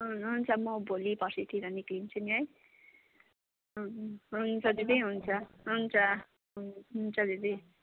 हुन्छ म भोलि पर्सितिर निस्किन्छु नि है हुन्छ दिदी हुन्छ हुन्छ हुन्छ हुन्छ दिदी